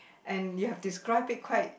and they have describe it quite